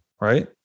Right